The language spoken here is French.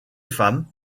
femmes